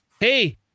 hey